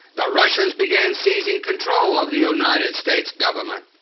the russians began seizing control of the united states government.